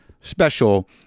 special